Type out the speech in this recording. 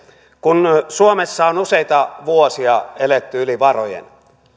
kun suomessa on useita vuosia eletty yli varojen